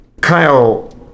Kyle